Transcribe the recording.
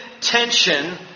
tension